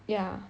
ya